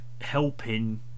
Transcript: helping